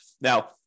Now